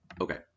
okay